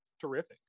terrific